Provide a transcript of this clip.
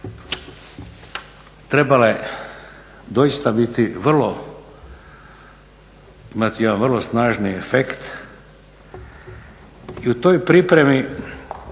trebale doista biti vrlo, imati jedan vrlo snažni efekt. I u toj pripremi